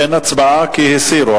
אין הצבעה כי הסירו.